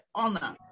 honor